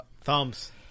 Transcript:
thumbs